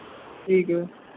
ਠੀਕ ਹੈ